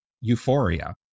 euphoria